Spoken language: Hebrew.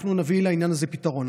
אנחנו נביא לעניין הזה פתרון.